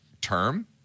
term